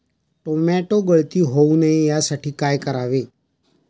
Tomato गळती होऊ नये यासाठी काय करावे?